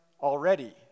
already